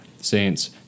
Saints